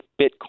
Bitcoin